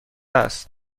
است